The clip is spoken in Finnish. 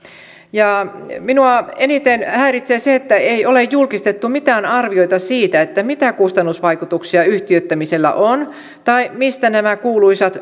minua eniten häiritsee se että ei ole julkistettu mitään arvioita siitä mitä kustannusvaikutuksia yhtiöittämisellä on tai mistä nämä kuuluisat